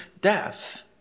death